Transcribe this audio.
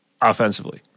offensively